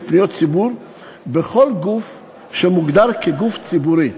פניות ציבור בכל גוף שמוגדר גוף ציבורי.